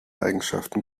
eigenschaften